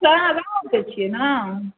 सएह रोपि दै छिए ने